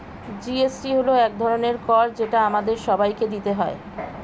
GST হল এক ধরনের কর যেটা আমাদের সবাইকে দিতে হয়